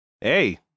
Hey